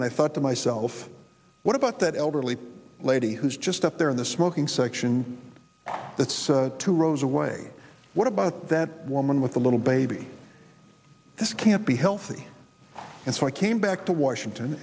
and i thought to myself what about that elderly lady who's just up there in the smoking section that's two rows away what about that woman with a little baby this can't be healthy and so i came back to washington